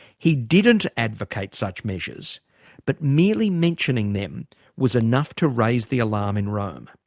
he didn't advocate such measures but merely mentioning them was enough to raise the alarm in rome.